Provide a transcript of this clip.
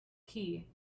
key